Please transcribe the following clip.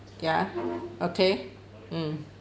ya okay mm